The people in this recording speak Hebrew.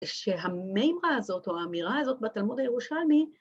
‫שהמימרה הזאת, או האמירה הזאת, ‫בתלמוד הירושלמי...